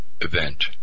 event